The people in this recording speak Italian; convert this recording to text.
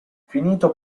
finito